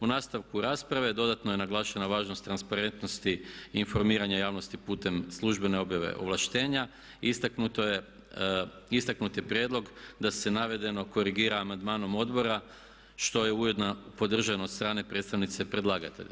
U nastavku rasprave dodatno je naglašena važnost transparentnosti i informiranja javnosti putem službene objave ovlaštenja i istaknuti je prijedlog da se navedeno korigira amandmanom odbora što je ujedno podržano od strane predstavnice predlagatelja.